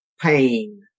pain